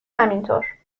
همینطور